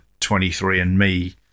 23andMe